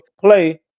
play